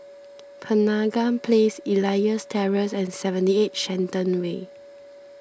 Penaga Place Elias Terrace and seventy eight Shenton Way